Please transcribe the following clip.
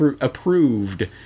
approved